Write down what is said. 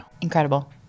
Incredible